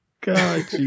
god